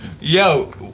yo